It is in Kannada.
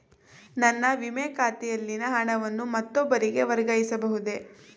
ನನ್ನ ವಿಮೆ ಖಾತೆಯಲ್ಲಿನ ಹಣವನ್ನು ಮತ್ತೊಬ್ಬರಿಗೆ ವರ್ಗಾಯಿಸ ಬಹುದೇ?